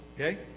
Okay